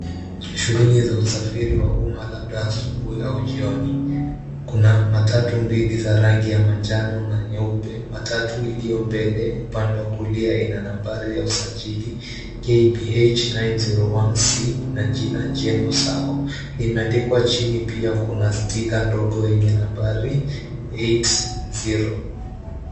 Shughuli za usafiri wa umma labda asubuhi ama jioni, kuna matatu mbili za rangi ya manjano na nyeupe. Matatu iliyo mbele upande wa kulia ina nambari ya usajili, KBH 901C na jina, Geno Sacco limeandikwa chini pia na kuna stika ndogo yenye nambari 80.